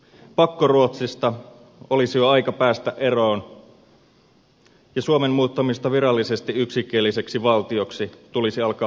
pakkoruotsista olisi jo aika päästä eroon ja suomen muuttamista virallisesti yksikieliseksi valtioksi tulisi alkaa pohjustaa vakavasti